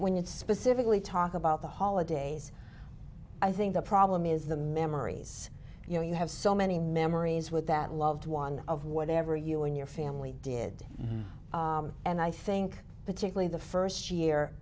when it's specifically talk about the holidays i think the problem is the memories you know you have so many memories with that loved one of whatever you and your family did and i think particularly the first year